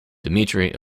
dmitry